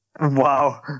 Wow